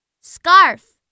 scarf